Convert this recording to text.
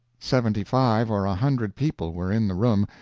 seventy-five or a hundred people were in the room,